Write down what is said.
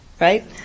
right